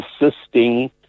assisting